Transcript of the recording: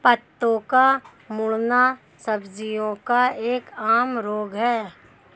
पत्तों का मुड़ना सब्जियों का एक आम रोग है